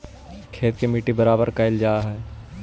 खेत के मट्टी बराबर कयल जा हई